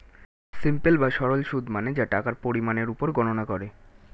simple বা সরল সুদ মানে যা টাকার পরিমাণের উপর গণনা করে